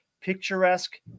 picturesque